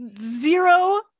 zero